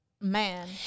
Man